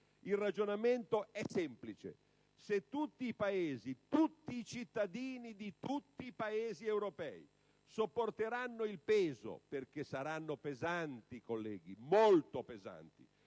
Il ragionamento è semplice: se tutti i Paesi se tutti i cittadini di tutti i Paesi europei sopporteranno il peso -perché saranno pesanti, colleghi, molto pesanti